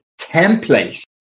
template